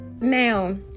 now